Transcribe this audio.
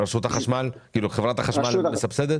חברת החשמל מסבסדת?